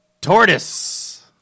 Tortoise